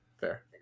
Fair